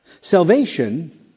Salvation